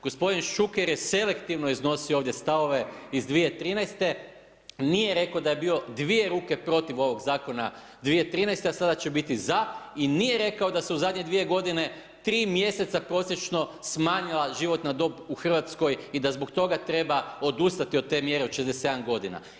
Gospodin Šuker je selektivno iznosio ovdje stavove iz 2013. nije rekao da je bio dvije ruke protiv ovog zakona 2013., a sada će biti za, i nije rekao da se u zadnje dvije godine tri mjeseca prosječno smanjila životna dob u Hrvatskoj i da zbog toga treba odustati od te mjere od 67 godina.